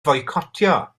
foicotio